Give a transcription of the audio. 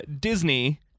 disney